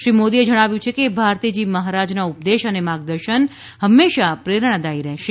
શ્રી મોદીએ જણાવ્યું છે કે ભારતીજી મહારાજના ઉપદેશ અને માર્ગદર્શન હમેશાં પ્રેરણાદાયી રહેશે